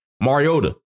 Mariota